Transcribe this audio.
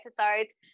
episodes